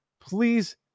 please